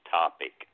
topic